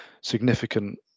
significant